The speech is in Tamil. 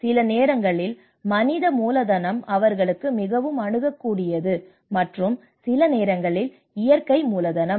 சில நேரங்களில் மனித மூலதனம் அவர்களுக்கு மிகவும் அணுகக்கூடியது மற்றும் சில நேரங்களில் இயற்கை மூலதனம்